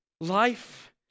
life